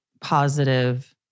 positive